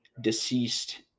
deceased